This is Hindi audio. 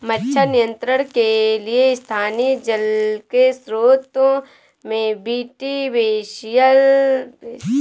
मच्छर नियंत्रण के लिए स्थानीय जल के स्त्रोतों में बी.टी बेसिलस डाल दिया जाता है